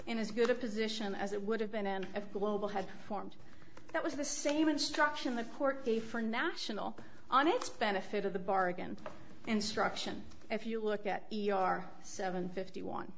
in as good a position as it would have been and of global had formed that was the same instruction the court gave for national on its benefit of the bargain and struction if you look at e r seven fifty one